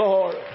Lord